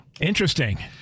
Interesting